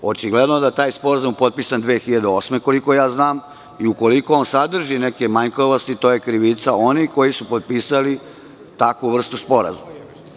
Očigledno je da je taj sporazum potpisan 2008. godine, koliko ja znam i ukoliko on sadrži neke manjkavosti, to je krivica onih koji su potpisali takvu vrstu sporazuma.